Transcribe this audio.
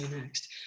next